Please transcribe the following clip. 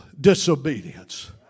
disobedience